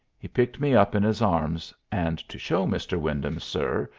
he picked me up in his arms, and to show mr. wyndham, sir,